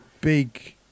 big